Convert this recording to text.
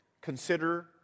Consider